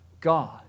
God